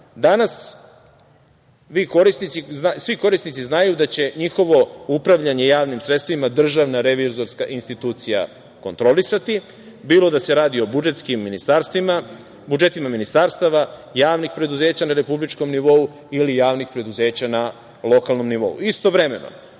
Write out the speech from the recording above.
svi korisnici znaju da će njihovo upravljanje javnim sredstvima Državna revizorska institucija kontrolisati, bilo da se radi o budžetima ministarstava, javnih preduzeća na republičkom nivou ili javnih preduzeća na lokalnom nivou. Istovremeno,